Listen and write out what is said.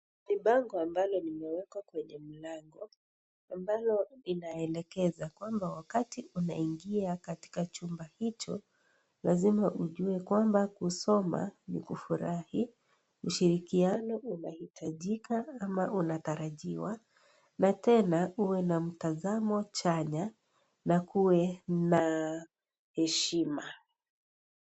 Ni bango ambalo limewekwa kwenye mlango, ambalo linaelekeza kwamba, wakati unaingia katika chumba hicho, lazima ujue kwamba kusoma ni kufurahi. Ushirikiano unahitajika ama unatarajiwa, na tena uwe na mtazano chanyana na kuwe na heshima.